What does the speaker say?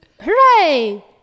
Hooray